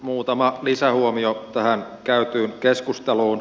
muutama lisähuomio tähän käytyyn keskusteluun